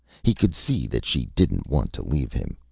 he could see that she didn't want to leave him.